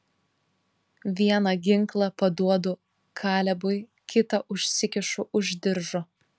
vieną ginklą paduodu kalebui kitą užsikišu už diržo